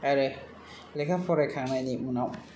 आरो लेखा फरायखांनायनि उनाव